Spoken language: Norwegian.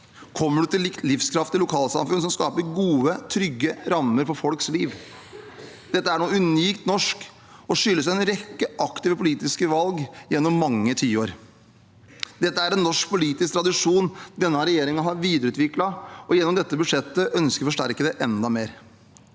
kommer du til livskraftige lokalsamfunn som skaper gode, trygge rammer for folks liv. Dette er noe unikt norsk og skyldes en rekke aktive politiske valg gjennom mange tiår. Dette er en norsk politisk tradisjon denne regjeringen har videreutviklet, og gjennom dette budsjettet ønsker vi å forsterke det enda mer.